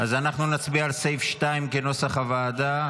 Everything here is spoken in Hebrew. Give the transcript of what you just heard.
--- אז אנחנו נצביע על סעיף 2 כנוסח הוועדה.